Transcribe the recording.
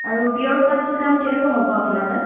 আৰু পিয়ৰ পাটটোৰ দাম কেনেকুৱা হ'ব আপোনাৰ তাত